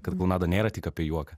klounada nėra tik apie juoką